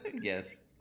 Yes